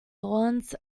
lawns